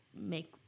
make